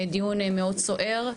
דיון מאוד סוער,